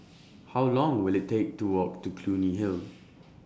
How Long Will IT Take to Walk to Clunny Hill